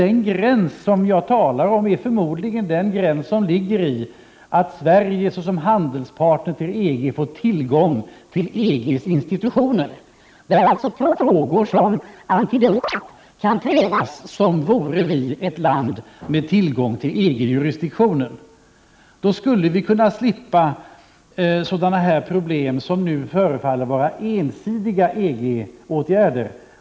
Förmodligen är gränsen den som ligger i att Sverige såsom handelspartner till EG får tillgång till EG:s institutioner, där alltså frågor om antidumpning och annat kan prövas som vore vi ett land med tillgång till EG-jurisdiktionen. Då skulle vi kunna slippa sådana problem som förefaller vara ensidiga EG-åtgärder.